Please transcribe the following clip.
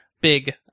big